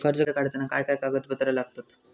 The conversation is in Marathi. कर्ज काढताना काय काय कागदपत्रा लागतत?